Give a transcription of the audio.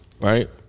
right